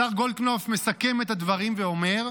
השר גולדקנופ מסכם את הדברים ואומר: